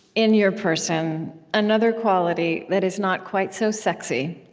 in your person, another quality that is not quite so sexy,